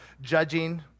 judging